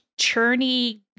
churny